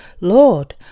Lord